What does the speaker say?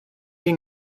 ging